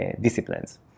disciplines